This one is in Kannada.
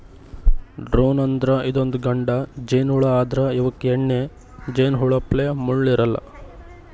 ಡ್ರೋನ್ ಅಂದ್ರ ಇದೊಂದ್ ಗಂಡ ಜೇನಹುಳಾ ಆದ್ರ್ ಇವಕ್ಕ್ ಹೆಣ್ಣ್ ಜೇನಹುಳಪ್ಲೆ ಮುಳ್ಳ್ ಇರಲ್ಲಾ